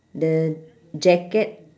the jacket